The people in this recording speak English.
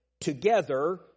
together